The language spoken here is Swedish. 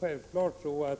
Självfallet har